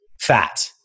fat